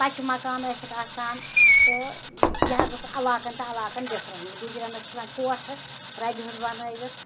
پَچہِ مکان ٲسِکھ آسان تہٕ یہِ حظ ٲس علاقَن تہٕ علاقَن ڈِفرَنٕس گُجرٮ۪ن ٲسۍ آسان کوٹھٕ رَبہِ ہُنٛد بَنٲوِتھ